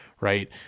right